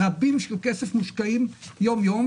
הרבה כסף מושקע יום יום.